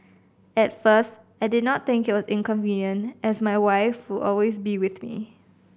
at first I did not think it was inconvenient as my wife would always be with me